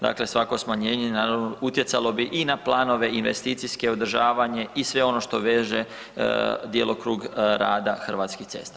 Dakle, svako smanjenje naravno utjecalo bi i na planove investicijske, održavanje i sve ono što veže djelokrug rada Hrvatskih cesta.